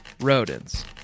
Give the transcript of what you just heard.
rodents